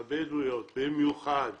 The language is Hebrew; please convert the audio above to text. והמשפחות הבדואיות במיוחד,